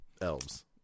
elves